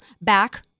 back